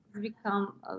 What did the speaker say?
become